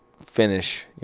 finish